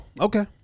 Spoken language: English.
okay